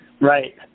Right